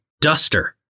duster